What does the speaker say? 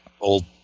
old